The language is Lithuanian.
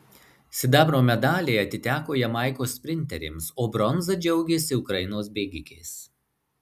sidabro medaliai atiteko jamaikos sprinterėms o bronza džiaugėsi ukrainos bėgikės